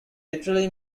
literally